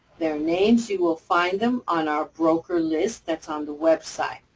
their names, you will find them on our broker list that's on the website.